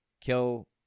kill